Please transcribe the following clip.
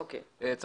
דרך אגב, הוא